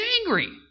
angry